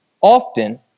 often